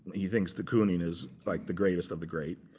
he thinks de kooning is, like, the greatest of the great.